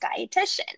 dietitian